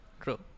true